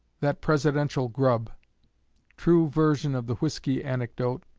that presidential grub true version of the whiskey anecdote